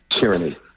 tyranny